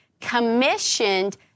commissioned